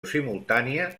simultània